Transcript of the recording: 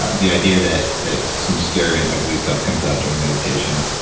ah the idea that that some scary and ugly stuff comes out during meditation.